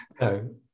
No